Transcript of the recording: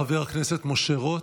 חבר הכנסת משה רוט,